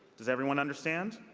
does everyone understand?